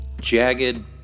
jagged